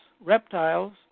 reptiles